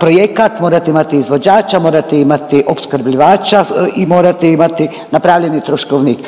projekat, morate imati izvođača, morate imati opskrbljivača i morate imati napravljeni troškovnik